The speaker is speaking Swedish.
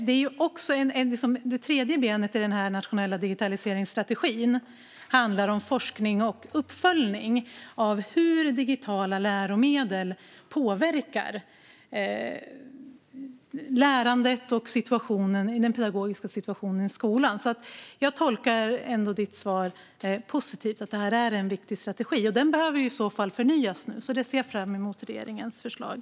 Det tredje benet i den nationella digitaliseringsstrategin är forskning och uppföljning av hur digitala läromedel påverkar lärandet och den pedagogiska situationen i skolan. Jag tolkar ändå Fredrik Malms svar positivt - att det här är en viktig strategi. Den behöver i så fall förnyas, och jag ser därför fram emot regeringens förslag.